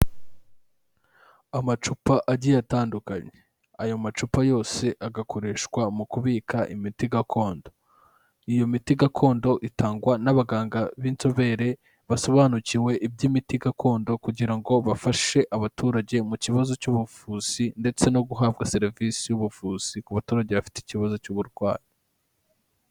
Amacupa agiye atandukanye, ayo macupa yose agakoreshwa mu kubika imiti gakondo, iyo miti gakondo itangwa n'abaganga b'inzobere basobanukiwe iby'imiti gakondo kugira ngo bafashe abaturage mu kibazo cy'ubuvuzi ndetse no guhabwa serivisi y'ubuvuzi ku baturage bafite ikibazo cy'uburwayi.